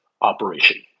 operation